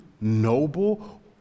noble